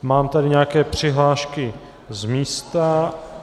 Mám tady nějaké přihlášky z místa.